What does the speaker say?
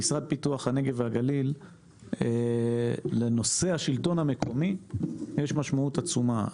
במשרד לפיתוח הנגב והגליל לנושא השלטון המקומי יש משמעות עצומה.